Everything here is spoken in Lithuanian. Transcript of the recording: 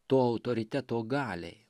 to autoriteto galiai